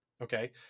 Okay